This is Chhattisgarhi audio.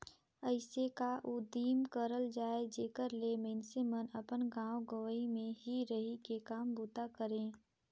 अइसे का उदिम करल जाए जेकर ले मइनसे मन अपन गाँव गंवई में ही रहि के काम बूता करें